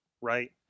right